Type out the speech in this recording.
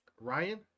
Ryan